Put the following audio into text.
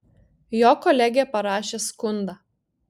jo kolegė parašė skundą